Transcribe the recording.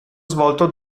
svolto